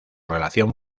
relación